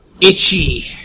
itchy